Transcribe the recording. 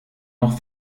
noch